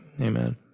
amen